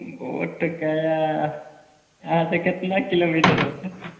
बोधगया अच्छा कितने किलोमीटर होगा जी